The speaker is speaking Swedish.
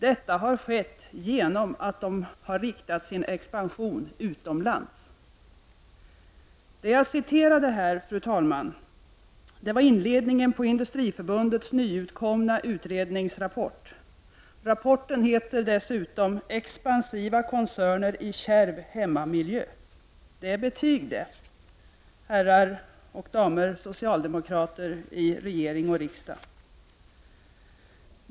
Detta har skett genom att de har riktat sin expansion utomlands.” Det jag citerade här, fru talman, var inledningen i Industriförbundets nyutkomna utredningsrapport. Rapporten heter dessutom Expansiva koncerner i kärv hemmamiljö. Det är betyg det, herrar och damer socialdemokrater i regering och riksdag!